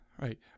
right